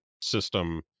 system